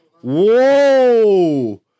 whoa